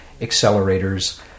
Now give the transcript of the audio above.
accelerators